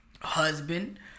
husband